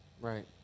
Right